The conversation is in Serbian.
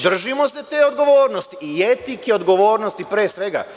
Držimo se te odgovornosti i etike odgovornosti, pre svega.